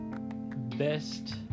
best